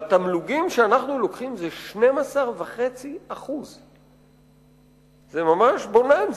והתמלוגים שאנחנו לוקחים זה 12.5%. זה ממש בוננזה,